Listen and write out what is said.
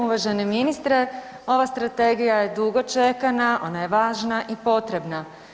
Uvaženi ministre, ova strategija je dugo čekana, ona je važna i potrebna.